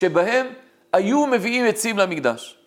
שבהם היו מביאים עצים למקדש.